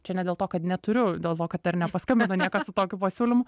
čia ne dėl to kad neturiu dėl to kad dar nepaskambino niekas su tokiu pasiūlymu